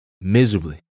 miserably